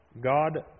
God